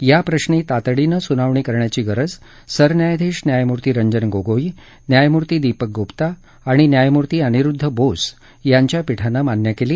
या प्रश्नी तातडीनं सुनावणी करण्याची गरज सरन्यायाधीश न्यायमूर्ती रंजन गोगोई न्यायमूर्ती दीपक गुप्ता आणि न्यायमूर्ती अनिरुद्ध बोस यांच्या पीठानं मान्य केली